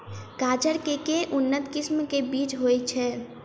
गाजर केँ के उन्नत किसिम केँ बीज होइ छैय?